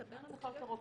נדבר על יותר זמן.